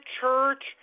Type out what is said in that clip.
church